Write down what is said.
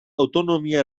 autonomia